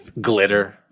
Glitter